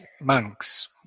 monks